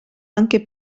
anche